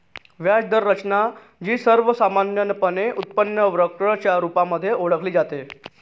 व्याज दर रचना, जी सर्वसामान्यपणे उत्पन्न वक्र च्या रुपामध्ये ओळखली जाते